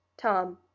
Tom